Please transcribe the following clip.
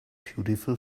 beautiful